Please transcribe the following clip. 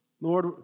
Lord